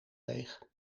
leeg